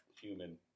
human